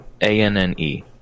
A-N-N-E